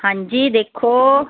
ਹਾਂਜੀ ਦੇਖੋ